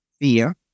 fear